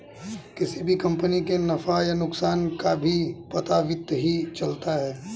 किसी भी कम्पनी के नफ़ा या नुकसान का भी पता वित्त ही चलता है